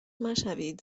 مشوید